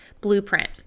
blueprint